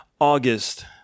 august